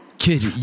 Kid